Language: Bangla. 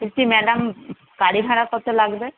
বলছি ম্যাডাম গাড়ি ভাড়া কত লাগবে